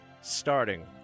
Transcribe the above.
starting